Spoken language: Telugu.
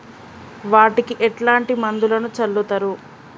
వాటికి ఎట్లాంటి మందులను చల్లుతరు?